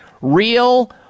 Real